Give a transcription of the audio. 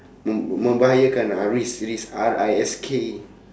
me~ membahayakan ah risk risk R I S K